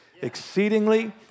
exceedingly